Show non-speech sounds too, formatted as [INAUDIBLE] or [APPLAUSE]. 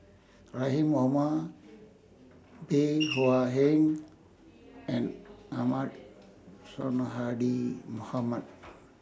Rahim Omar Bey [NOISE] Hua Heng and Ahmad Sonhadji Mohamad